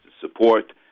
support